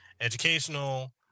educational